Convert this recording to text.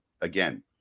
again